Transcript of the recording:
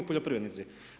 Poljoprivrednici.